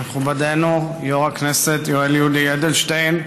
מכובדנו יושב-ראש הכנסת יואל יולי אדלשטיין,